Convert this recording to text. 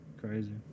Crazy